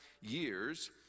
years